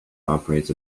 operates